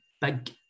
big